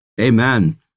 Amen